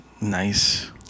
nice